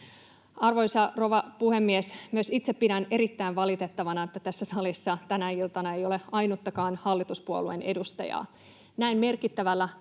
Arvoisa rouva puhemies! Myös itse pidän erittäin valitettavana, että tässä salissa tänä iltana ei ole ainuttakaan hallituspuolueen edustajaa. Näin merkittävällä